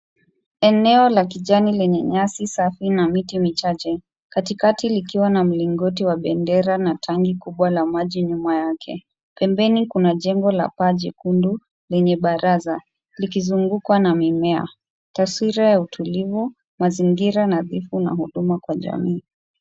Eneo la kijani lenye nyasi safi na miti michache katikati likiwa na mlingoti wa bendera na tanki kubwa la maji nyuma yake. Pembeni kuna jengo la paa jekundu lenye baraza likizungukwa na mimea. Taswira ya utulivu, mazingira nadhifu na huduma kwa jamii.